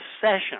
session